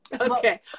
Okay